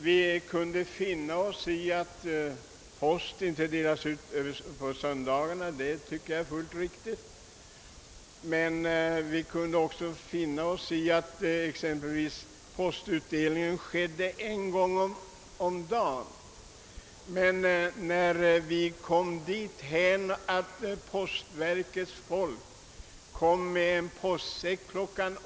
Vi kunde finna oss i att post inte delas ut på söndagarna — det tycker jag är fullt riktigt — och vi kunde också finna oss i att exempelvis postutdelning skedde en gång om dagen. Men när det går så långt att postverkets folk kommer med en postsäck kl.